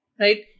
right